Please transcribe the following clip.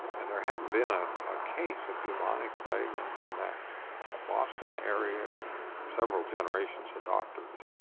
and there hadn't been a ah case of bubonic plague and in the boston area in several generations of doctors,